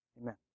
Amen